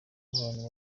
abantu